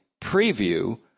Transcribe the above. preview